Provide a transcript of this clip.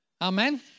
Amen